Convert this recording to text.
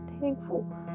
thankful